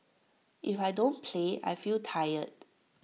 if I don't play I feel tired